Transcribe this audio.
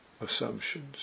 assumptions